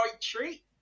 treat